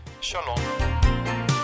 Shalom